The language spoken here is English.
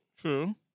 True